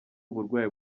uburwayi